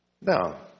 Now